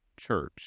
church